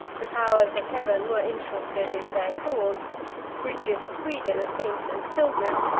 the powers of heaven were interested in their cause bridget of sweden, a saint and pilgrim,